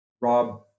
Rob